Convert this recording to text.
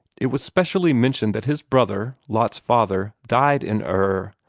it was specially mentioned that his brother, lot's father, died in ur,